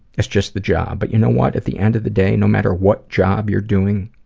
it's just the job, but you know what? at the end of the day, no matter what job you're doing,